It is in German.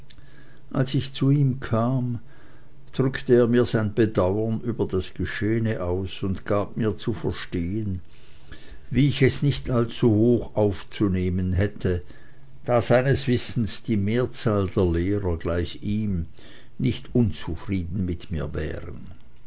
als ich zu ihm kam drückte er mir sein bedauern über das geschehene aus und gab mir zu verstehen wie ich es nicht allzu hoch aufzunehmen hätte da seines wissens die mehrzahl der lehrer gleich ihm nicht unzufrieden mit mir wären